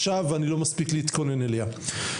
פוגעת בי עכשיו ואני לא מספיק להתכונן אליה.